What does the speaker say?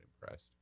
impressed